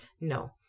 No